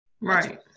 right